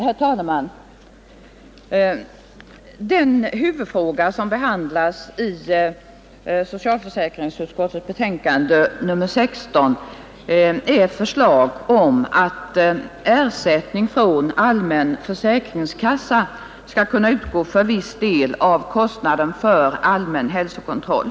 Herr talman! Den huvudfråga som behandlas i socialförsäkringsutskottets betänkande nr 16 är förslag om att ersättning från allmän försäkringskassa skall kunna utgå för viss del av kostnaden för allmän hälsokontroll.